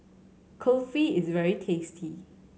kulfi is very tasty